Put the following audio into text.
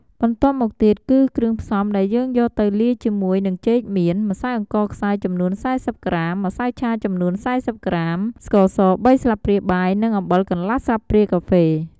បន្ទាប់មកទៀតគឺគ្រឿងផ្សំដែលយើងយកទៅលាយជាមួយនឹងចេកមាន ម្សៅអង្ករខ្សាយចំនួន៤០ក្រាម ម្សៅឆាចំនួន៤០ក្រាម ស្ករស៣ស្លាបព្រាបាយ និងអំបិលកន្លះស្លាបព្រាកាហ្វេ។